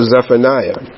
Zephaniah